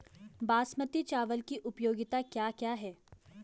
बासमती चावल की उपयोगिताओं क्या क्या हैं?